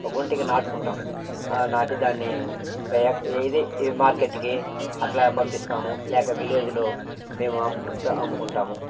ఒక గుంటకి నాటుకుంటాము నాటి దాన్ని ఇది మార్కెట్కి అట్లా పంపిస్తాము లేక విలేజులో మేము అమ్ముకుంట అమ్ముకుంటాము